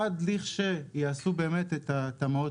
עד לכשיעשו את הפרויקטים של התמ"א.